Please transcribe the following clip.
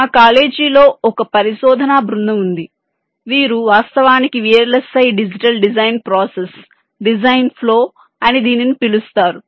నా కాలేజీలో ఒక పరిశోధనా బృందం ఉంది వీరు వాస్తవానికి VLSI digital design process design flow అని దీనిని పిలుస్తారు